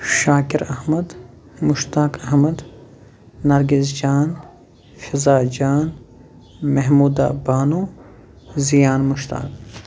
Shakir Ahmad Mushtaq Ahmad Nargis Jan Fiza Jan Mehmooda Bano Ziyan Mushtaq